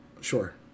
Sure